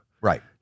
right